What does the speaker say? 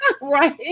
Right